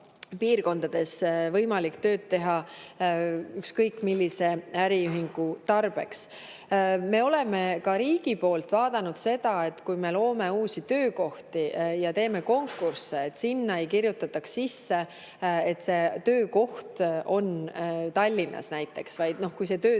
piirkondades võimalik tööd teha ükskõik millise äriühingu tarbeks. Me oleme ka riigi poolt vaadanud seda, et kui me loome uusi töökohti ja teeme konkursse, siis sinna ei kirjutataks sisse, et see töökoht on Tallinnas näiteks, vaid et kui see töö